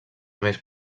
més